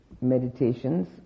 meditations